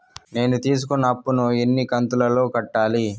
నేను తీసుకున్న అప్పు ను ఎన్ని కంతులలో కట్టాలి?